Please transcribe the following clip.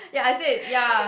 ya I said ya